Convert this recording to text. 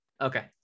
Okay